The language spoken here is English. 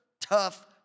tough